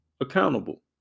accountable